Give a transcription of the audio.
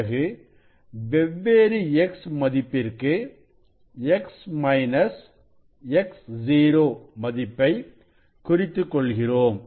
பிறகு வெவ்வேறு X மதிப்பிற்கு X X0 மதிப்பை குறித்துக் கொள்கிறோம்